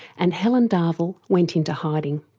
and helen darville went into hiding.